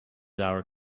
our